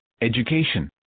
education